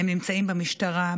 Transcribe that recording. הם נמצאים במשטרה,